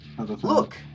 Look